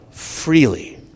Freely